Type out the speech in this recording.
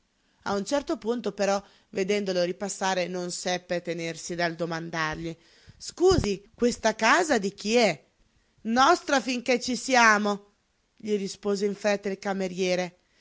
pensarci a un certo punto però vedendolo ripassare non seppe tenersi dal domandargli scusi questa casa di chi è nostra finché ci siamo gli rispose in fretta il cameriere